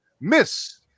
miss